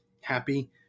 happy